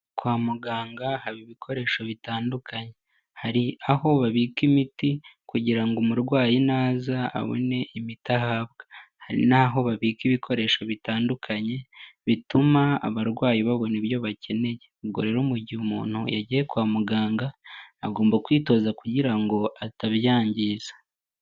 Kwa muganga haba ibikoresho bitandukanye. Hari aho babika imiti kugira ngo umurwayi naza abone imiti ahabwa. Hari naho babika ibikoresho bitandukanye, bituma abarwayi babona ibyo bakeneye. Ubwo rero mu gihe umuntu yagiye kwa muganga, agomba kwitoza kugira ngo atabyangiriza.